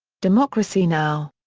democracy now!